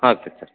ಆಗ್ತೈತಿ ಸರ್